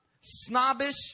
snobbish